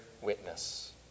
witness